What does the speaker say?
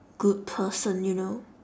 good person you know